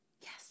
Yes